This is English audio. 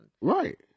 Right